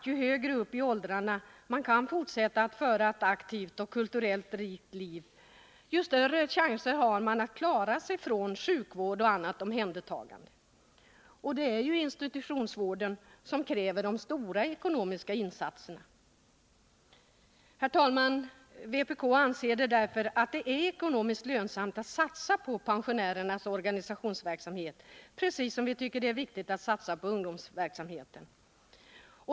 Ju högre uppi åldrarna som man kan fortsätta att föra ett aktivt och kulturellt rikt liv, desto större chanser har man ju att klara sig från sjukvård och annat omhändertagande. Det är ju institutionsvården som kräver de stora ekonomiska insatserna. Herr talman! Vpk anser alltså att det är ekonomiskt lönsamt att satsa på pensionärernas organisationsverksamhet, precis som vpk tycker att det är viktigt att satsa på ungdomsverksamheten.